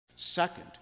Second